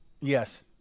yes